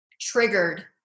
triggered